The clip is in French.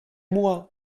moi